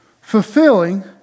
fulfilling